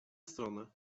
stronę